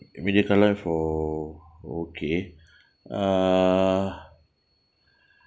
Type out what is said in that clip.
kailan for okay uh